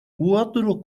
cuatro